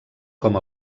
com